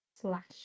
slash